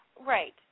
Right